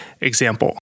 example